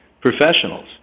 professionals